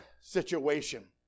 situation